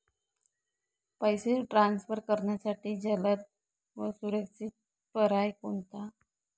पैसे ट्रान्सफर करण्यासाठी जलद व सुरक्षित पर्याय कोणता?